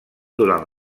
durant